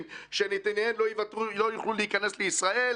שנתיניהם לא יוכלו להיכנס לישראל,